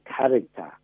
character